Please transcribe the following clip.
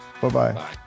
bye-bye